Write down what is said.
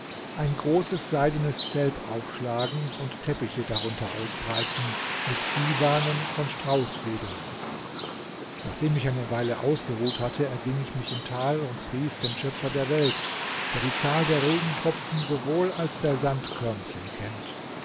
ein großes seidenes zelt aufschlagen und teppiche darunter ausbreiten mit diwanen von straußfedern nachdem ich eine weile ausgeruht hatte erging ich mich im tal und pries den schöpfer der welt der die zahl der regentropfen sowohl als der sandkörnchen kennt